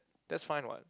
that's fine [what]